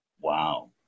Wow